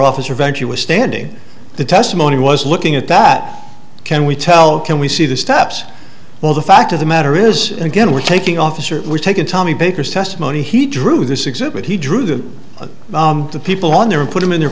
officer venture was standing the testimony was looking at that can we tell can we see the steps well the fact of the matter is again we're taking officers we've taken tommy baker's testimony he drew this exhibit he drew the people on there and put them in their